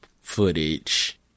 footage